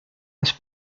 has